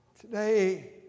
Today